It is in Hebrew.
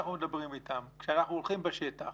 כשאנחנו הולכים בשטח